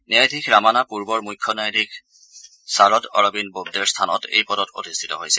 ন্যায়াধীশ ৰামানা পূৰ্বৰ মুখ্য ন্যায়াধীশ শাৰদ অৰবিন্দ বোৱদেৰ স্থানত এই পদত অধিষ্ঠিত হৈছে